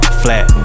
flat